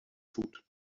foot